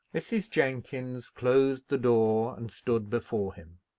mrs. jenkins closed the door and stood before him.